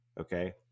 Okay